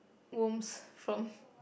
worms from